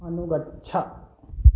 अनुगच्छ